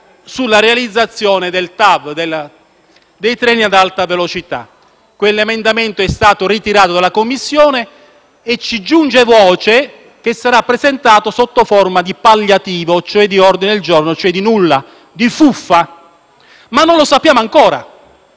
sulla realizzazione del TAV, dei treni ad alta velocità e quell'emendamento è stato ritirato dalla Commissione e ci giunge voce che sarà presentato sotto forma di palliativo, cioè di ordine il giorno, ossia di nulla, di fuffa. Ma non lo sappiamo ancora,